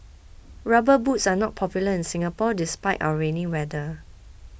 rubber boots are not popular in Singapore despite our rainy weather